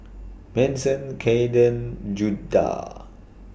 Manson Cayden Judah